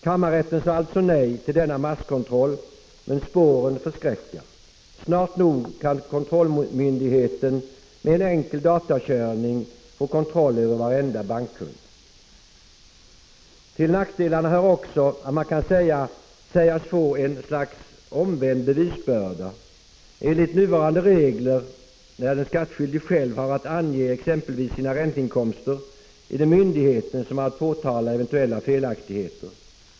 Kammarrätten sade alltså nej till denna masskontroll, men spåren förskräcka — snart nog kan kontrollmyndigheten med en enkel datakörning få kontroll över varenda bankkund. Till nackdelarna hör också att man kan sägas få ett slags omvänd bevisbörda. Enligt nuvarande regler är det, när den skattskyldige själv har att ange exempelvis sina ränteinkomster, myndigheten som har att påtala eventuella felaktigheter.